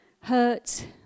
hurt